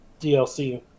DLC